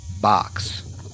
box